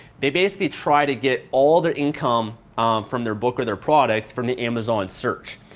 they basically try to get all their income from their book or their product from the amazon search.